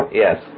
yes